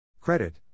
Credit